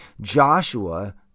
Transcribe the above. Joshua